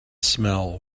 smell